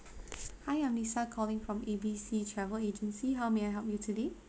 hi I'm lisa calling from A B C travel agency how may I help you today